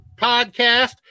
Podcast